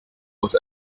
was